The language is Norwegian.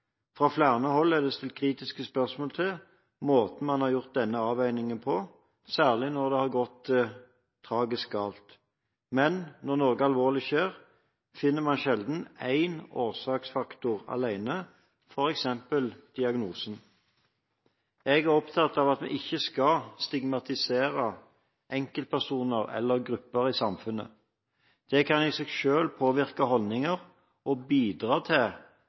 Fra flere hold er det stilt kritiske spørsmål til måten man har gjort denne avveiningen på, særlig når noe har gått tragisk galt. Men når noe alvorlig skjer, finner man sjelden én årsaksfaktor alene, f.eks. en diagnose. Jeg er opptatt av at vi ikke skal stigmatisere enkeltpersoner eller grupper i samfunnet. Det kan i seg selv påvirke holdninger og bidra til